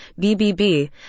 BBB